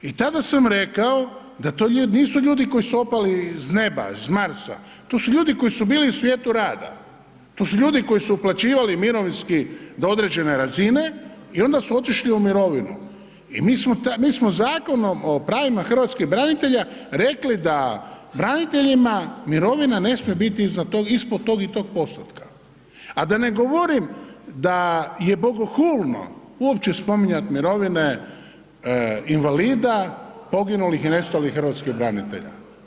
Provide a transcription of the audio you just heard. I tada sam rekao da to nisu ljudi koji su opali s neba, s Marsa, to su ljudi koji su bili u svijetu rada, to su ljudi koji su uplaćivali mirovinski do određene razine i onda su otišli u mirovinu i mi smo Zakonom o pravima hrvatskih branitelja rekli da braniteljima ne smije biti ispod tog i tog postotka, a da ne govorim da je bogohulno uopće spominjati mirovine invalida, poginulih i nestalih hrvatskih branitelja.